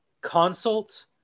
consult